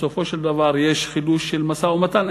בסופו של דבר יש חידוש של משא-ומתן.